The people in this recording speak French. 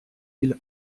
îles